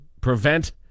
prevent